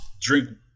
Drink